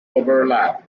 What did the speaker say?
overlap